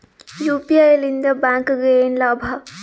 UPI ಲಿಂದ ಬ್ಯಾಂಕ್ಗೆ ಏನ್ ಲಾಭ?